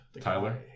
Tyler